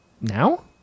now